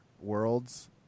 worlds